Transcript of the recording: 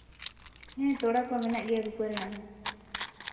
ᱦᱮᱸ ᱛᱚᱲᱟ ᱠᱚ ᱢᱮᱱᱟᱜ ᱜᱮᱭᱟ ᱨᱩᱯᱟᱹ ᱨᱮᱱᱟᱜ ᱦᱚᱸ